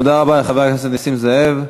תודה רבה לחבר הכנסת נסים זאב.